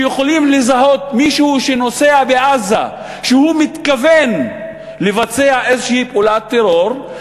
שיכולים לזהות מישהו שנוסע בעזה ומתכוון לבצע איזושהי פעולת טרור,